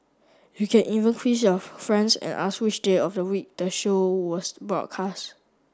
you can even quiz your friends and ask which day of the week the show was broadcast